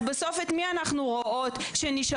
אז בסוף את מי אנחנו רואים שממשיכות?